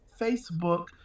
Facebook